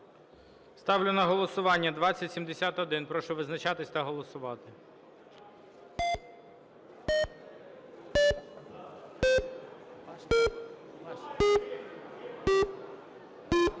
Ставлю її на голосування. Це 2083. Прошу визначатись та голосувати.